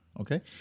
Okay